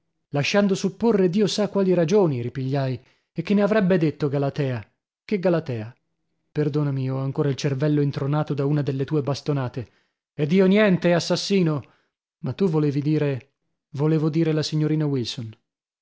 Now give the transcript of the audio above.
lasciando supporre dio sa quali ragioni ripigliai e che ne avrebbe detto galatea che galatea perdonami ho ancora il cervello intronato da una delle tue bastonate ed io niente assassino ma tu volevi dire volevo dire la signorina wilson